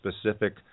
specific